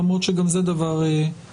למרות שגם זה דבר חשוב.